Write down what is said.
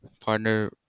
partner